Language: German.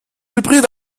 hybrid